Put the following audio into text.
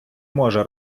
може